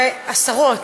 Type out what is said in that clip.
השרות,